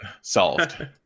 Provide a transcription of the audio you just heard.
Solved